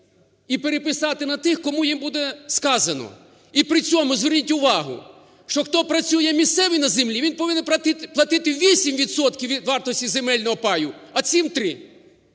і переписати на тих, кому їм буде сказано. І при цьому, зверніть увагу, що хто працює місцевий на землі, він повинен платити 8 відсотків від вартості земельного паю, а цим –